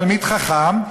תלמיד חכם,